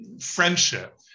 friendship